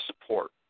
support